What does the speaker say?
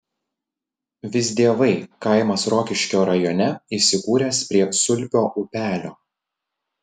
visdievai kaimas rokiškio rajone įsikūręs prie sulpio upelio